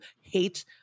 hate